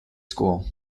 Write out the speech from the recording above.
school